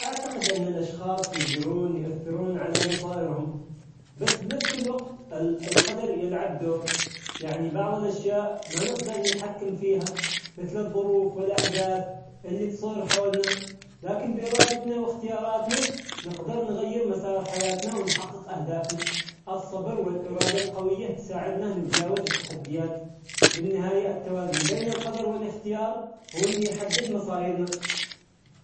أعتقد أن الأشخاص يقدرون يؤثرون على مصائرهم، بس بنفس الوقت ال- القدر يلعب دور يعني بعض الأشياء ما نقدر نتحكم فيها مثل الظروف والأحداث اللي تصير حولنا، لكن بإرادتنا وإختياراتنا نقدر نغير مسار حياتنا ونحقق أهدافنا، الصبر والإرادة القوية تساعدنا نتجاوز التحديات ، بالنهاية التوازن بين القدر والإختيار هو اللي يحدد مصايرنا.